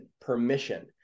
permission